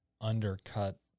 undercut